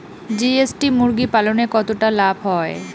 GST মুরগি পালনে কতটা লাভ হয়?